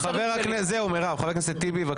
חבר הכנסת טיבי, בבקשה.